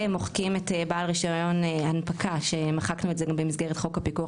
ומוחקים את בעל רישיון הנפקה שמחקנו את זה גם במסגרת חוק הפיקוח